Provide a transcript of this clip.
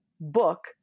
book